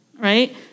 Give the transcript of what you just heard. Right